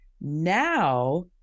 Now